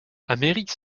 amérique